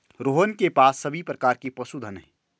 रोहन के पास सभी प्रकार के पशुधन है